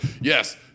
Yes